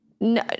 no